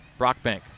Brockbank